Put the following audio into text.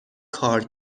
کار